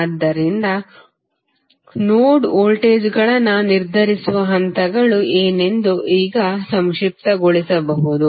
ಆದ್ದರಿಂದ ನೋಡ್ ವೋಲ್ಟೇಜ್ಗಳನ್ನು ನಿರ್ಧರಿಸುವ ಹಂತಗಳು ಏನೆಂದು ಈಗ ಸಂಕ್ಷಿಪ್ತಗೊಳಿಸಬಹುದು